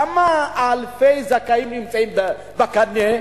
כמה אלפי זכאים נמצאים בקנה?